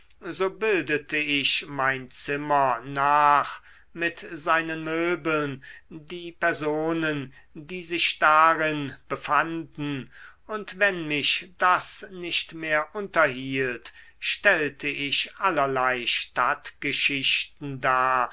so bildete ich mein zimmer nach mit seinen möbeln die personen die sich darin befanden und wenn mich das nicht mehr unterhielt stellte ich allerlei stadtgeschichten dar